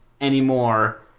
anymore